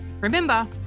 Remember